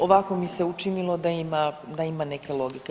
Ovako mi se učinilo da ima neke logike.